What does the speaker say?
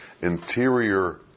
interior